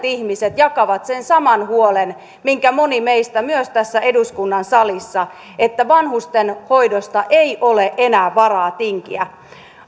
ihmiset jakavat sen saman huolen kuin myös moni meistä tässä eduskunnan salissa että vanhustenhoidosta ei ole enää varaa tinkiä